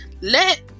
Let